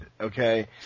okay